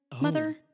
mother